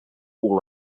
all